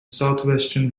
southwestern